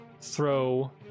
throw